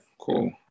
cool